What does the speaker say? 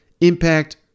impact